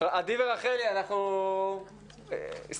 רם שפע (יו"ר ועדת החינוך,